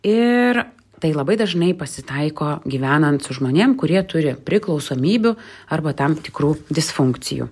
ir tai labai dažnai pasitaiko gyvenant su žmonėm kurie turi priklausomybių arba tam tikrų disfunkcijų